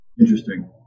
Interesting